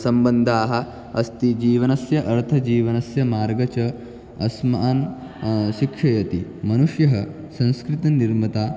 सम्बन्धाः अस्ति जीवनस्य अर्थजीवनस्य मार्गं च अस्मान् शिक्षयति मनुष्यः संस्कृत्या निर्मितः